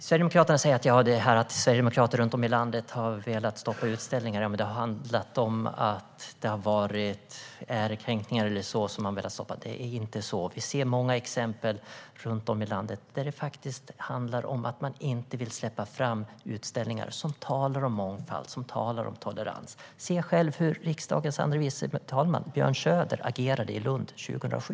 Sverigedemokraterna säger att det faktum att sverigedemokrater runt om i landet har velat stoppa utställningar har handlat om att man velat stoppa ärekränkning. Så är det inte. Vi ser många exempel på att det handlar om att man inte vill släppa fram utställningar som talar om mångfald och tolerans. Se själva hur riksdagens andre vice talman Björn Söder agerade i Lund 2007.